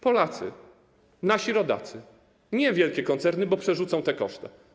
Polacy, nasi rodacy, nie wielkie koncerny, bo przerzucą te koszty.